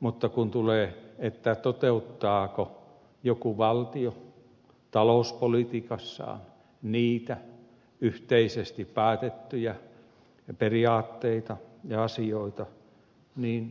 mutta kun tulee eteen se toteuttaako joku valtio talouspolitiikassaan yhteisesti päätettyjä periaatteita ja asioita niin valvonta ei toimikaan